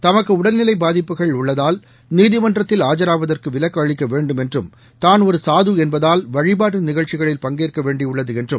தமக்கு உடல்நிலை பாதிப்புகள் உள்ளதால் நீதிமன்றத்தில் ஆஜராவதற்கு விலக்கு அளிக்க வேண்டும் என்றும் தான் ஒரு சாது என்பதால் வழிபாட்டு நிகழ்ச்சிகளில் பங்கேற்க வேண்டியுள்ளது என்றும்